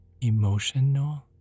emotional